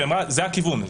היא אמרה שזה הכיוון.